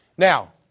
Now